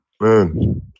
Man